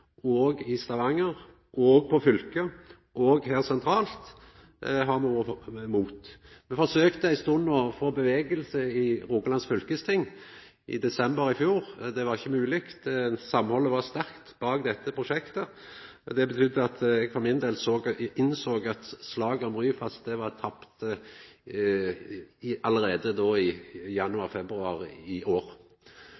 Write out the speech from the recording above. òg i Stavanger og på fylkessida. Òg her, sentralt, har me vore imot. Me forsøkte ei stund å få bevegelse i Rogaland fylkesting, i desember i fjor. Det var ikkje mogleg. Samhaldet var sterkt bak dette prosjektet. Det betydde at eg for min del innsåg at slaget om Ryfast var tapt allereie då, i